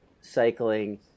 cycling